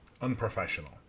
unprofessional